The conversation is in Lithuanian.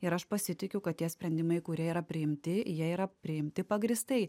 ir aš pasitikiu kad tie sprendimai kurie yra priimti jie yra priimti pagrįstai